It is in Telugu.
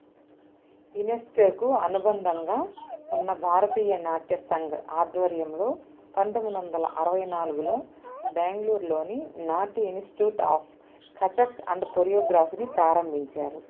యునెస్కోకు అనుబంధంగా ఉన్న భారతీయ నాట్య సంఘ్ ఆధ్వర్యంలో పంతొందొందల అరవై నాలుగులో బెంగుళూరులోని Natya institute of Kathak and కొరియోగ్రాఫీని ప్రారంభించారు